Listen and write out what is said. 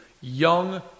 young